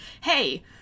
hey